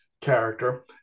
character